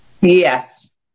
Yes